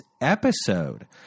episode